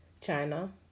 China